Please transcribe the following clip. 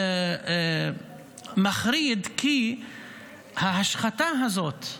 מחריד, כי ההשחתה הזאת,